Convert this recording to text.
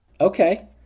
okay